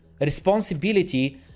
responsibility